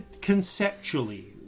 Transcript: conceptually